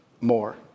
more